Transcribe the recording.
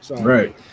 Right